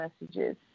messages